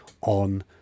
on